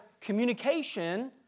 communication